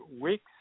weeks